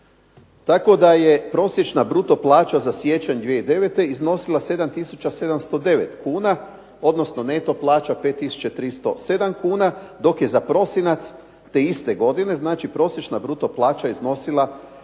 tako da je prosječna bruto plaća za siječanj 2009. iznosila 7 tisuća 709 kuna, odnosno neto plaća 5 tisuća 307 kuna, dok je za prosinac te iste godine, znači prosječna bruto plaća iznosila 7 tisuća